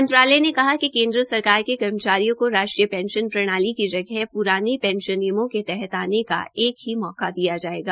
मंत्रालय ने कहा कि केन्द्र सरकार के कर्मचारियों को राष्ट्रीय पेंशन प्रणाली की जगह पुराने पेंशन नियमों के तहत आने का एक ही मौका दिया जायेगा